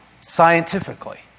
scientifically